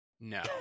No